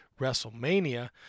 WrestleMania